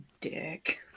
dick